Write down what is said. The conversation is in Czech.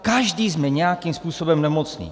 Každý jsme nějakým způsobem nemocný.